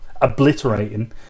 obliterating